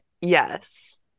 Yes